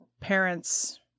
parents